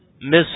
miss